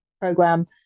program